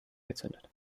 gezündet